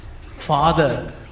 father